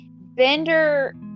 Bender